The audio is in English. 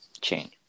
chain